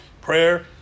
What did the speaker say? Prayer